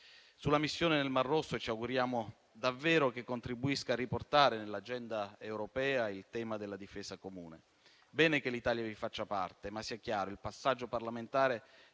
Sulla missione nel Mar Rosso, ci auguriamo davvero che questa contribuisca a riportare nell'agenda europea il tema della difesa comune. Bene che l'Italia ne faccia parte, ma sia chiaro che il passaggio parlamentare